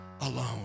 alone